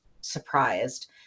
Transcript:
surprised